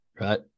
right